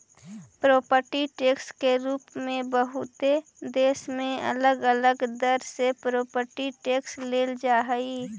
property tax के रूप में बहुते देश में अलग अलग दर से प्रॉपर्टी टैक्स लेल जा हई